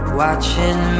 watching